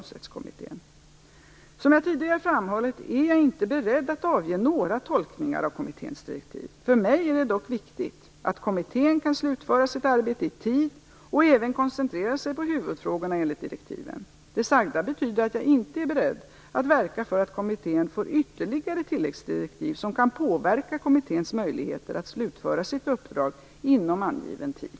Som jag tidigare framhållit är jag inte beredd att göra några tolkningar av kommitténs direktiv. För mig är det dock viktigt att kommittén kan slutföra sitt arbete i tid och även koncentrera sig på huvudfrågorna enligt direktiven. Det sagda betyder att jag inte är beredd att verka för att kommittén får ytterligare tilläggsdirektiv som kan påverka kommitténs möjligheter att slutföra sitt uppdrag inom angiven tid.